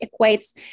equates